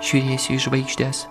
žiūrėsiu į žvaigždes